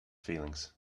feelings